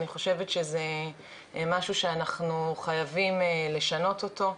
אני חושבת שזה משהו שאנחנו חייבים לשנות אותו,